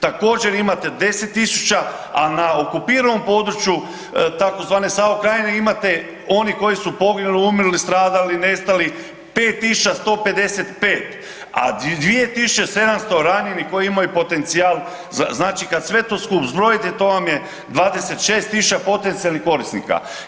Također imate 10 000, a na okupiranom području tzv. SAO Krajine imate oni koji su poginuli, umrli, stradali, nestali 5155, a 2700 ranjenih koji imaju potencijal, znači kad sve to skupa zbrojite to vam je 26000 potencijalnih korisnika.